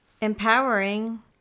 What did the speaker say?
empowering